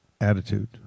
Attitude